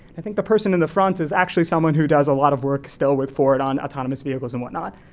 i think the person in the front is actually someone who does a lot of work, still with ford on autonomous vehicles and whatnot.